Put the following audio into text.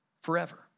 forever